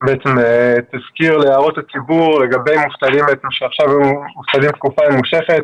--- תסקיר להערות הציבור לגבי מובטלים תקופה ממושכת.